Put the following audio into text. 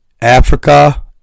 Africa